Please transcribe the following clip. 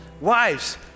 Wives